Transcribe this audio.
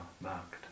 marked